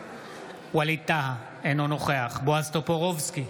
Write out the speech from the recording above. ווליד טאהא, אינו נוכח בועז טופורובסקי,